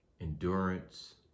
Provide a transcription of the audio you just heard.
endurance